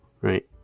right